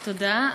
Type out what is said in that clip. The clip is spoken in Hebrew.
תודה.